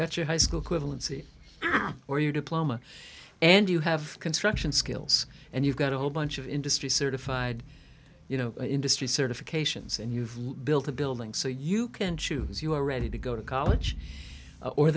get your high school equivalency or your diploma and you have construction skills and you've got a whole bunch of industry certified you know industry certifications and you've built a building so you can choose you are ready to go to college or